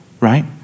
right